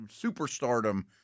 superstardom